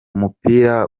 umupira